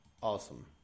awesome